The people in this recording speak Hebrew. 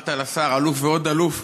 אמרת לשר אלוף ועוד אלוף,